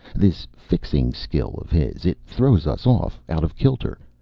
this fixing skill of his. it throws us off, out of kilter.